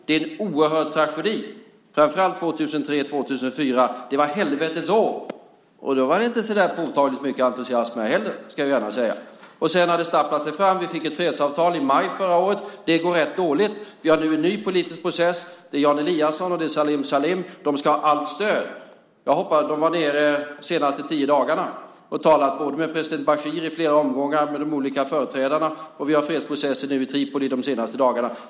Det är en oerhörd tragedi, framför allt 2003-2004 då det var helvetets år. Och då var det inte så påtagligt mycket entusiasm här heller. Sedan har det stapplat sig fram. Vi fick ett fredsavtal i maj förra året. Det går rätt dåligt. Det pågår nu en ny politisk process där Jan Eliasson och Salim Salim deltar. De ska ha allt stöd. De har varit nere under de senaste tio dagarna och talat både med president Bashir i flera omgångar och med de olika företrädarna. Vi har också haft fredsprocessen i Tripoli under de senaste dagarna.